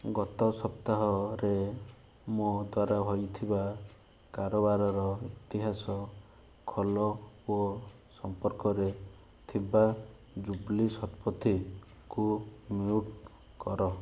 ଗତ ସପ୍ତାହରେ ମୋ ଦ୍ୱାରା ହେଇଥିବା କାରବାରର ଇତିହାସ ଖୋଲ ଓ ସମ୍ପର୍କରେ ଥିବା ଜୁବ୍ଲି ଶତପଥୀଙ୍କୁ ମ୍ୟୁଟ୍ କର